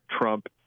Trump